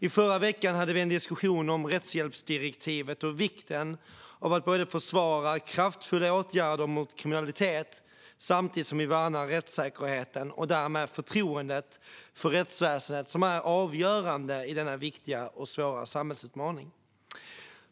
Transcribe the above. I förra veckan hade vi en diskussion om rättshjälpsdirektivet och vikten av att försvara kraftfulla åtgärder mot kriminalitet samtidigt som vi värnar rättssäkerheten och därmed förtroendet för rättsväsendet, som är avgörande i denna viktiga och svåra samhällsutmaning.